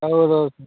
ಹೌದು ಹೌದು